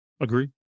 agree